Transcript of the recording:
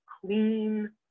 clean